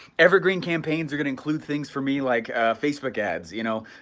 evergreen campaigns are gonna include things for me like facebook ads, you know,